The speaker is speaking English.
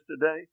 today